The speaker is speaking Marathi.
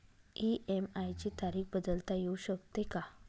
इ.एम.आय ची तारीख बदलता येऊ शकते का?